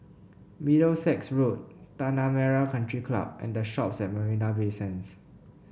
Middlesex Road Tanah Merah Country Club and The Shoppes at Marina Bay Sands